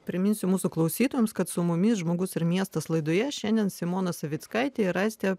priminsiu mūsų klausytojams kad su mumis žmogus ir miestas laidoje šiandien simona savickaitė ir aistė